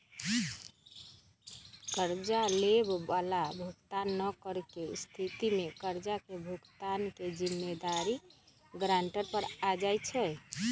कर्जा लेबए बला भुगतान न करेके स्थिति में कर्जा के भुगतान के जिम्मेदारी गरांटर पर आ जाइ छइ